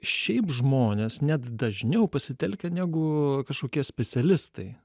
šiaip žmonės net dažniau pasitelkia negu kažkokie specialistai